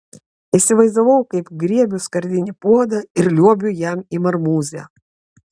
įsivaizdavau kaip griebiu skardinį puodą ir liuobiu jam į marmūzę